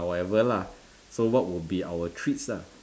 or whatever lah so what would be our treats lah